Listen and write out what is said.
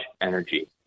energy